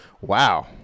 wow